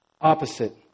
opposite